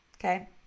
Okay